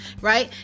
right